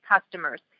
customers